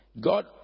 God